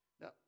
Now